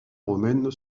romaine